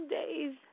days